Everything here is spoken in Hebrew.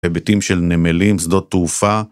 היבטים של נמלים, שדות תעופה.